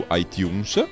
iTunes